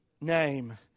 name